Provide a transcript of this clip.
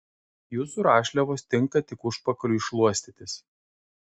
jūsų rašliavos tinka tik užpakaliui šluostytis